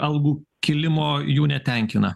algų kilimo jų netenkina